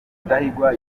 rudahigwa